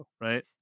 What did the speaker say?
right